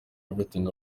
everything